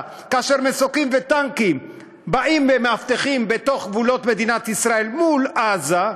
כאשר מסוקים וטנקים באים ומאבטחים בתוך גבולות מדינת ישראל מול עזה,